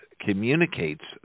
communicates